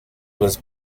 was